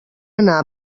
anar